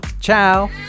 Ciao